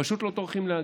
פשוט לא טורחים להגיע,